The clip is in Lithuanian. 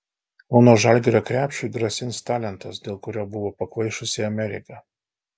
kauno žalgirio krepšiui grasins talentas dėl kurio buvo pakvaišusi amerika